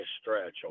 stretch